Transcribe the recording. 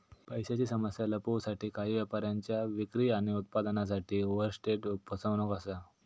पैशांची समस्या लपवूसाठी काही व्यापाऱ्यांच्या विक्री आणि उत्पन्नासाठी ओवरस्टेट फसवणूक असा